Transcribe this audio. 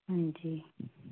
ਹਾਂਜੀ